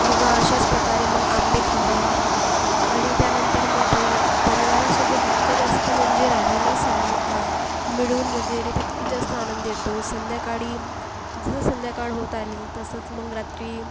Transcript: किंवा अशाच प्रकारे मग आंबे खाणं आणि त्यानंतर मग परि परिवारासोबत जितकं जास्त मंजे राहिलं सं मिळून वगैरे तितकी जास्त आनंद येतो संध्याकाळी जसं संध्याकाळ होत आली तसंच मग रात्री